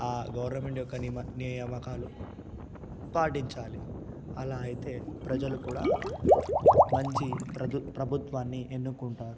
ఆ గవర్నమెంట్ యొక్క నిమ నియామకాలు పాటించాలి అలా అయితే ప్రజలు కూడా మంచి ప్రభు ప్రభుత్వాన్ని ఎన్నుకుంటారు